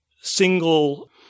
single